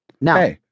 Now